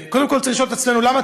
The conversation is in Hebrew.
וקודם כול צריך לשאול את עצמנו: למה